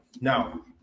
Now